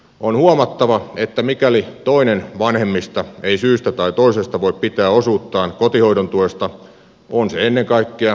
on huomattava että mikäli toinen vanhemmista ei syystä tai toisesta voi pitää osuuttaan kotihoidon tuesta on se ennen kaikkea lapselta pois